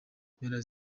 mpera